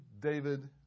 David